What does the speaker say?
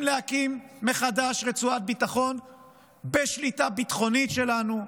להקים מחדש רצועת ביטחון בשליטה ביטחונית שלנו,